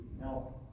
Now